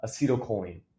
acetylcholine